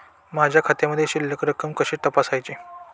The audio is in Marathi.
माझ्या खात्यामधील शिल्लक रक्कम कशी तपासायची?